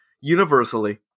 universally